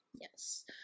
Yes